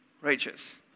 Righteous